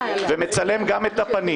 מצלם את הפנים